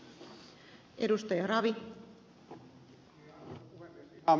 arvoisa puhemies